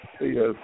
Yes